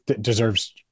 deserves